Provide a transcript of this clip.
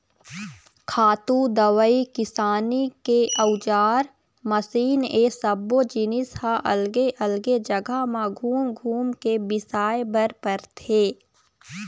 खातू, दवई, किसानी के अउजार, मसीन ए सब्बो जिनिस ह अलगे अलगे जघा म घूम घूम के बिसाए बर परथे